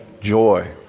Joy